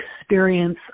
experience